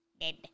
Dead